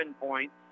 points